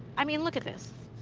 i mean, look at this.